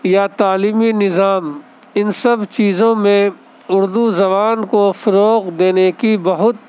یا تعلیمی نظام ان سب چیزوں میں اردو زبان کو فروغ دینے کی بہت